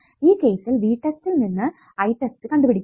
ഈ കേസിൽ V test ഇൽ നിന്ന് I test കണ്ടുപിടിക്കുക